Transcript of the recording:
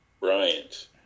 Bryant